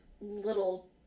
little